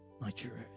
Nigeria